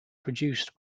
produced